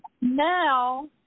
now